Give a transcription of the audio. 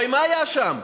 הרי מה היה שם?